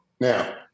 Now